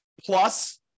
plus